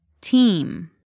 Team